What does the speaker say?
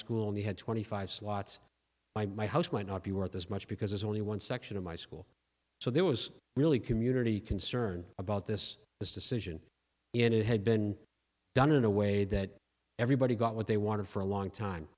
school only had twenty five slots by my house might not be worth as much because it's only one section of my school so there was really community concern about this this decision and it had been done in a way that everybody got what they wanted for a long time